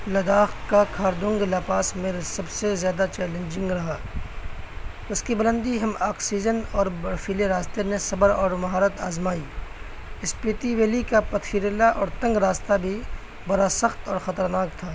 لداخ کا کھاردونگ لا پاس میر سب سے زیادہ چیلنجنگ رہا اس کی بلندی ہم آکسیجن اور برفیلے راستے نے صبر اور مہارت آزمائی اسپیتی ویلی کا پتھیریلا اور تنگ راستہ بھی برا سخت اور خطرناک تھا